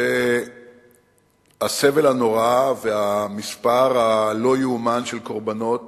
והסבל הנורא והמספר הלא-יאומן של קורבנות